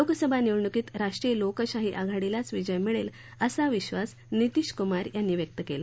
लोकसभा निवडणुकीत राष्ट्रीय लोकशाही आघाडीलाच विजय मिळेल असा विश्वास नितीश कुमार यांनी व्यक्त केला